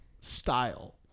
style